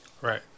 Right